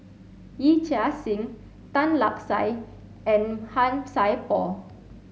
Yee Chia Hsing Tan Lark Sye and Han Sai Por